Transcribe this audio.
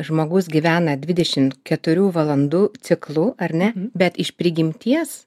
žmogus gyvena dvidešimt keturių valandų ciklu ar ne bet iš prigimties